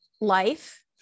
life